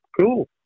Cool